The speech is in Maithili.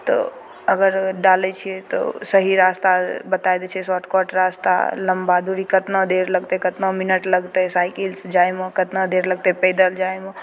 तऽ अगर डालै छियै तऽ सही रास्ता बताए दै छै शॉर्ट कट रास्ता लम्बा दूरी कितना देर लगतै कितना मिनट लगतै साइकिलसँ जायमे कितना देर लगतै पैदल जायमे